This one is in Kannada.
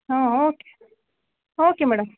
ಹಾಂ ಓಕೆ ಓಕೆ ಮೇಡಮ್